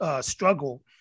struggle